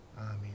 amen